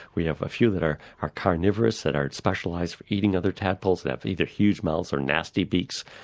we have a few that are are carnivorous that are specialised for eating other tadpoles that have either huge mouths or nasty beaks.